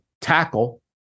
tackle